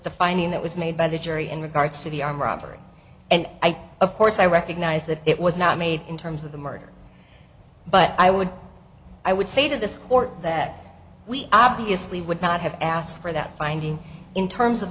the finding that was made by the jury in regards to the arm robbery and of course i recognize that it was not made in terms of the murder but i would i would say that this or that we obviously would not have asked for that finding in terms of